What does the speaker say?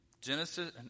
Genesis